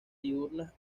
diurnas